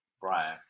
Brian